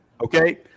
Okay